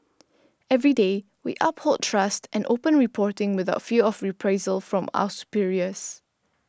every day we uphold trust and open reporting without fear of reprisal from our superiors